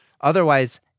Otherwise